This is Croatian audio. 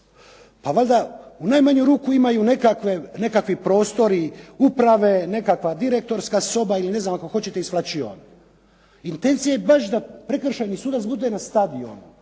Pa valjda u najmanju ruku imaju nekakvi prostori uprave, neka direktorska soba, ne znam ako hoćete i svlačiona. Intencija je baš da prekršajni sudac bude na stadionu.